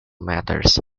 matters